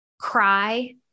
cry